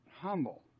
humble